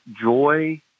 joy